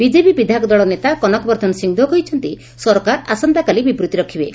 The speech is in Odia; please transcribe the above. ବିଜେପି ବିଧାୟକ ଦଳ ନେତା କନକ ବର୍ଷ୍ନ ସିଂହଦେଓ କହିଛନ୍ତି ସରକାର ଆସନ୍ତାକାଲି ବିବୃତ୍ତି ରଖିବେ